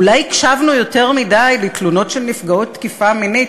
אולי הקשבנו יותר מדי לתלונות של נפגעות תקיפה מינית,